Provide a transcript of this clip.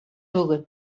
бүген